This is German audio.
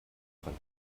krank